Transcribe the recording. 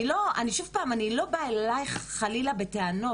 שוב פעם, אני לא באה אליך, חלילה, בטענות.